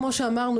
כמו שאמרנו,